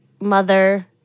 mother